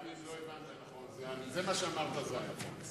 גם אם לא הבנת נכון, מה שאמרת זה הנכון.